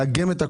לאגם את הכול,